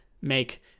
make